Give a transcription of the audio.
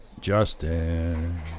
Justin